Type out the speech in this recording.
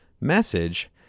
message